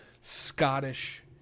Scottish